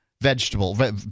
vegetable